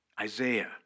Isaiah